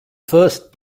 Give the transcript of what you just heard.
first